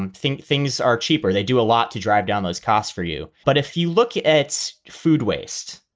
and think things are cheaper, they do a lot to drive down those costs for you. but if you look at food waste,